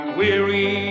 weary